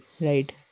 right